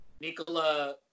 Nicola